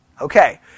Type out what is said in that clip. Okay